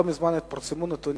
לא מזמן התפרסמו נתונים,